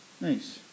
Nice